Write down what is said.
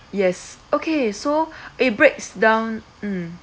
yes okay so it breaks down mm